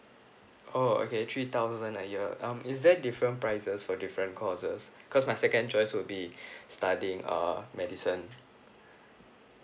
oh okay three thousand a year um is there different prices for different courses cause my second choice would be studying uh medicine